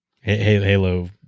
Halo